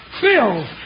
Phil